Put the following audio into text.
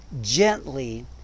gently